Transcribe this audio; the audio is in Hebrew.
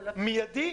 מיידי,